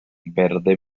verde